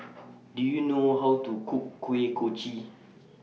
Do YOU know How to Cook Kuih Kochi